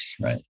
right